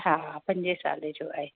हा हा पंजे साले जो आहे